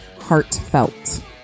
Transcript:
heartfelt